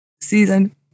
Season